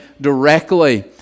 directly